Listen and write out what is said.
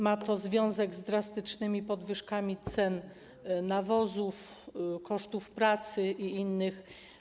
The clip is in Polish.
Ma to związek z drastycznymi podwyżkami cen nawozów, kosztów pracy i innych.